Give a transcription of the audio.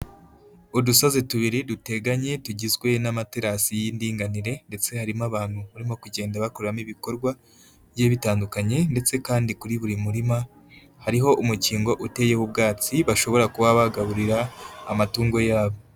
Udusozi tubiri duteganye tugizwe n'amaterasi y'indinganire, ndetse harimo abantu barimo kugenda bakoramo ibikorwa bigiye bitandukanye, ndetse kandi kuri buri murima hariho umukingo uteyeho ubwatsi, bashobora kuba bagaburira amatungo yabo.